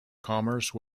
commerce